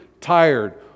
tired